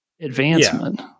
advancement